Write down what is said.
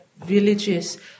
villages